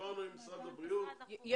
דיברנו עם משרד הבריאות,